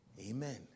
Amen